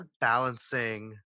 balancing